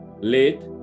late